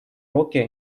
руки